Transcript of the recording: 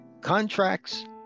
contracts